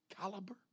caliber